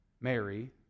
Mary